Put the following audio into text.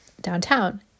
downtown